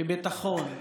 בביטחון,